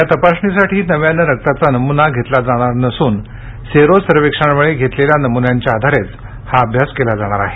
या तपासणीसाठी नव्यानं रक्ताचा नमुना घेतला जाणार नसून सेरो सर्वेक्षणावेळी घेतलेल्या नमुन्यांच्या आधारेच हा अभ्यास केला जाणार आहे